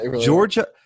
Georgia –